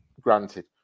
Granted